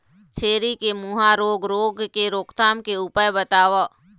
छेरी के मुहा रोग रोग के रोकथाम के उपाय बताव?